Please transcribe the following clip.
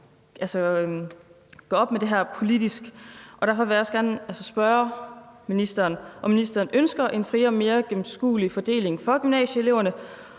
at gøre op med det her politisk, og derfor vil jeg også gerne spørge ministeren, om ministeren ønsker en friere og mere gennemskuelig fordeling for gymnasieeleverne.